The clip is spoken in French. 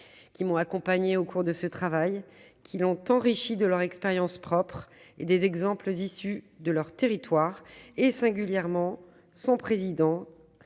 qui m'ont accompagnée au cours de ce travail et qui l'ont enrichi de leur expérience propre et des exemples issus de leur territoire, singulièrement son président